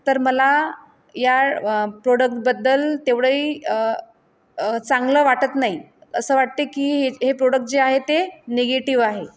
तर मला या प्रोडक्टबद्दल तेवढंही चांगलं वाटत नाही असं वाटते की हे हे प्रोडक्ट जे आहे ते निगेटिव्ह आहे